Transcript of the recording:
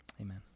Amen